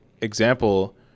example